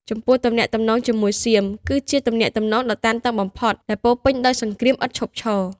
ចំពោះទំនាក់ទំនងជាមួយសៀម គឺជាទំនាក់ទំនងដ៏តានតឹងបំផុត ដែលពោរពេញដោយសង្គ្រាមឥតឈប់ឈរ។